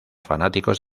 fanáticos